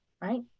right